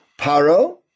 Paro